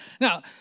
Now